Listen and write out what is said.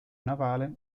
navale